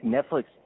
Netflix